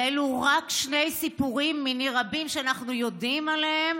ואלו רק שני סיפורים מני רבים שאנחנו יודעים עליהם